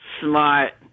Smart